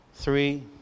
Three